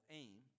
aim